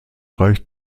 reicht